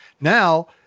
now